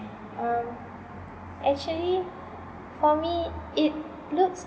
um actually for me it looks